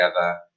together